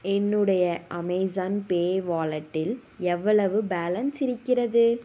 என்னுடைய Amazon pay வாலெட்டில் எவ்வளவு பேலன்ஸ் இருக்கிறது